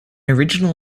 original